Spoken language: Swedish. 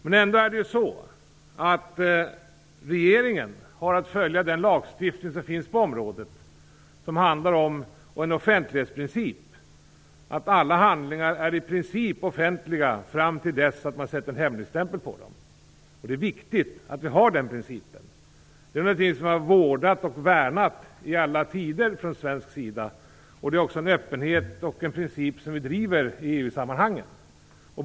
Men regeringen har ändå att följa den lagstiftning som finns på området och den offentlighetsprincip som handlar om att alla handlingar i princip är offentliga fram till dess att man sätter en hemligstämpel på dem. Och det är viktigt att vi har den principen. Den är någonting som vi har vårdat och värnat i alla tider från svensk sida, och vi driver också denna princip och öppenhet i EU-sammanhang.